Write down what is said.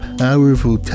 powerful